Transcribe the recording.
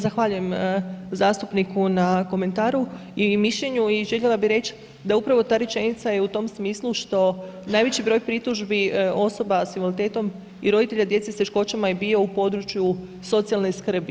zahvaljujem zastupniku na komentaru i mišljenju i željela bih reći da upravo ta rečenica je u tom smislu što najveći broj pritužbi osoba sa invaliditetom i roditelja djece sa teškoćama je bio u području socijalne skrbi.